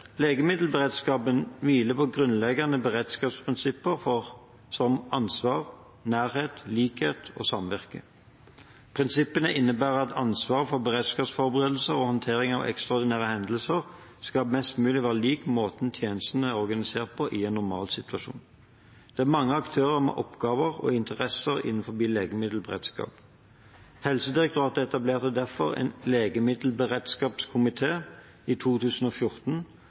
Legemiddelberedskapen hviler på grunnleggende beredskapsprinsipper om ansvar, nærhet, likhet og samvirke. Prinsippene innebærer at ansvaret for beredskapsforberedelser og håndtering av ekstraordinære hendelser skal være mest mulig lik måten tjenestene er organisert på i en normalsituasjon. Det er mange aktører med oppgaver og interesser innenfor legemiddelberedskapen. Helsedirektoratet etablerte derfor en legemiddelberedskapskomité i 2014